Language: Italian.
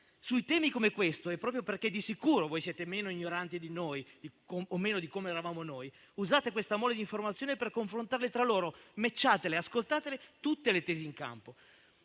Su temi come questo - proprio perché di sicuro siete meno ignoranti di noi o lo siete meno di quanto lo eravamo noi - usate questa mole di informazioni per confrontarle tra loro, matchatele; ascoltate tutte le tesi in campo